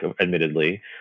admittedly